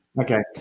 Okay